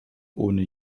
ohne